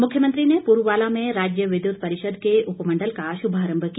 मुख्यमंत्री ने पुरूवाला में राज्य विद्युत परिषद के उपमंडल का शुभारंभ किया